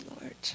Lord